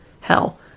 hell